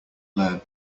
learn